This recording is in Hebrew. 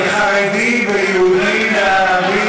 גם אם, חרדי ויהודי וערבי